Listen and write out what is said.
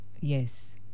Yes